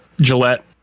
Gillette